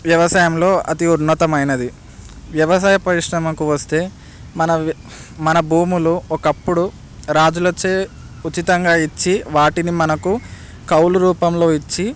వ్యవసాయంలో అతి ఉన్నతమైనది వ్యవసాయ పరిశ్రమకు వస్తే మన మన భూములు ఒకప్పుడు రాజులుచే ఉచితంగా ఇచ్చి వాటిని మనకు కౌలు రూపంలో ఇచ్చి